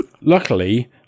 Luckily